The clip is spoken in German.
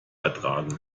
ertragen